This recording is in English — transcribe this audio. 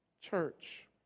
Church